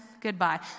goodbye